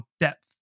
depth